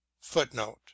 footnote